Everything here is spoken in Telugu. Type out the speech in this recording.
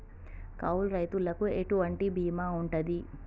కౌలు రైతులకు ఎటువంటి బీమా ఉంటది?